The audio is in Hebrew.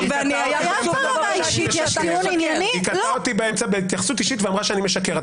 היא קטעה אותי באמצע בהתייחסות אישית ואמרה שאני משקר.